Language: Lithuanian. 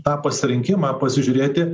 tą pasirinkimą pasižiūrėti